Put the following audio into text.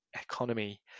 economy